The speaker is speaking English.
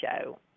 show